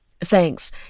Thanks